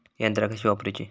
यंत्रा कशी वापरूची?